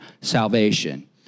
salvation